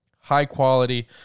high-quality